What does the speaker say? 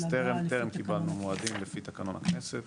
אז טרם קיבלנו מועדים, לפי תקנון הכנסת